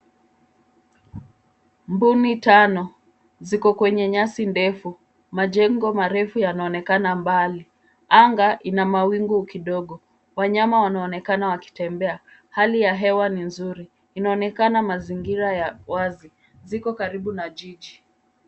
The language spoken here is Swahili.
Mbuni tano ziko kwenye nyasi ndefu. Majengo marefu yanaonekana mbali. Anga ina mawingu kidogo. Wanyama wanaonekana wakitembea. Hali ya hewa ni nzuri. Inaonekana mazingira ya wazi. Ziko karibu na jiji.